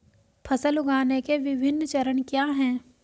फसल उगाने के विभिन्न चरण क्या हैं?